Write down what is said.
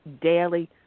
daily